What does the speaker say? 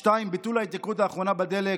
2. ביטול ההתייקרות האחרונה בדלק,